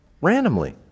randomly